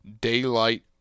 daylight